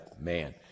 man